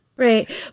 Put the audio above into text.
Right